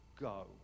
go